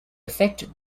effect